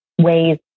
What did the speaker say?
ways